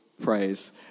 praise